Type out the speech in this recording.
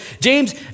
James